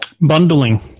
Bundling